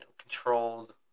controlled